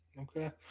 Okay